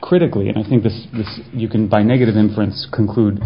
critically and i think this is you can buy negative inference conclude